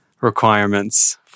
requirements